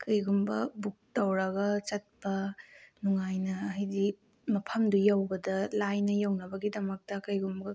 ꯀꯔꯤꯒꯨꯝꯕ ꯕꯨꯛ ꯇꯧꯔꯒ ꯆꯠꯄ ꯅꯨꯡꯉꯥꯏꯅ ꯍꯥꯏꯗꯤ ꯃꯐꯝꯗꯨ ꯌꯧꯕꯗ ꯂꯥꯏꯅ ꯌꯧꯅꯕꯒꯤꯗꯃꯛꯇ ꯀꯩꯒꯨꯝꯕ